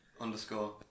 underscore